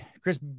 Chris